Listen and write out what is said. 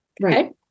Right